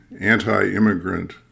anti-immigrant